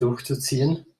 durchzuziehen